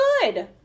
good